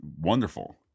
wonderful